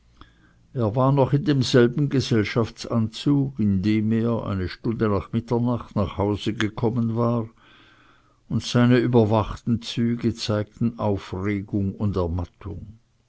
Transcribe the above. er war noch in demselben gesellschaftsanzug in dem er eine stunde nach mitternacht nach hause gekommen war und seine überwachten züge zeigten aufregung und ermattung